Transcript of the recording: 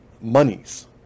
monies